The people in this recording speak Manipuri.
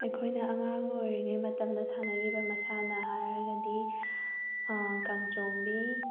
ꯑꯩꯈꯣꯏꯅ ꯑꯉꯥꯡ ꯑꯣꯏꯔꯤꯉꯩ ꯃꯇꯝꯗ ꯁꯥꯟꯅꯈꯤꯕ ꯃꯁꯥꯟꯅ ꯍꯥꯏꯔꯒꯗꯤ ꯀꯥꯡꯖꯣꯡꯕꯤ